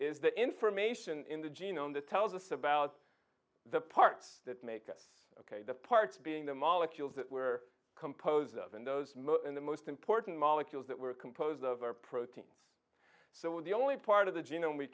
is the information in the genome that tells us about the parts that make us the parts being the molecules that were composed of and those in the most important molecules that were composed of our protein so with the only part of the g